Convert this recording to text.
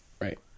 Right